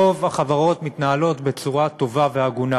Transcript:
רוב החברות מתנהלות בצורה טובה והגונה,